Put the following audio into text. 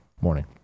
morning